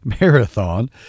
marathon